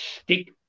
Stick